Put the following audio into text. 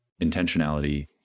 intentionality